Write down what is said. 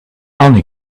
only